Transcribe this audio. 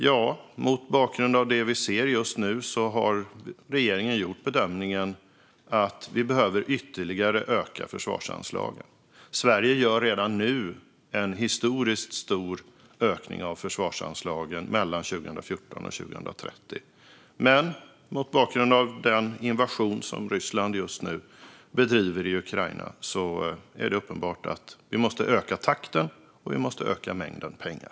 Ja, mot bakgrund av det vi ser just nu har regeringen gjort bedömningen att vi behöver öka försvarsanslaget ytterligare. Sverige gör redan nu en historiskt stor ökning av försvarsanslagen mellan 2014 och 2030. Men mot bakgrund av Rysslands invasion i Ukraina är det uppenbart att vi måste öka takten och öka mängden pengar.